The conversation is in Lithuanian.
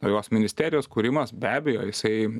naujos ministerijos kūrimas be abejo jisai